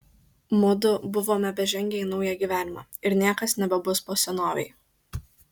mudu buvome bežengią į naują gyvenimą ir niekas nebebus po senovei